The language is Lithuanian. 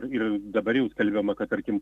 ir dabar jau skelbiama kad tarkim